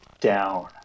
down